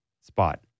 spot